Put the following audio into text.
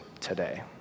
today